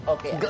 Okay